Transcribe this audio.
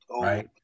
right